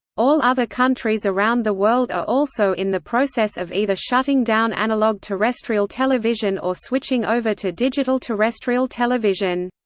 all other countries around the world are also in the process of either shutting down analog terrestrial television or switching over to digital terrestrial television.